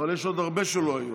אבל יש עוד הרבה שלא היו.